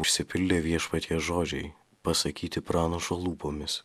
išsipildė viešpaties žodžiai pasakyti pranašo lūpomis